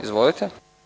Izvolite.